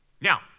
Now